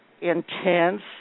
intense